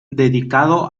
dedicado